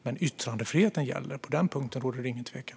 Men yttrandefriheten gäller. På den punkten råder det ingen tvekan.